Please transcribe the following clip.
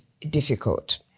difficult